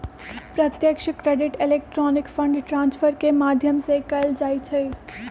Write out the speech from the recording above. प्रत्यक्ष credit electronic fund transfer के माध्यम से कएल जाइ छइ